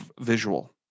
visual